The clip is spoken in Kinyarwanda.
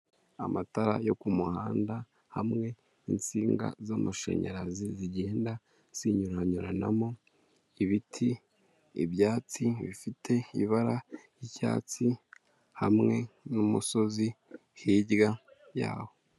Amatara yo kumuhanda hamwe n'insinga z'amashanyarazi zigenda zinyuranyuranamo ibiti, ibyatsi bifite ibara ry'icyatsi hamwe n'umusozi hirya yabo.